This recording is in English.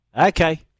Okay